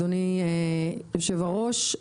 אדוני היושב-ראש,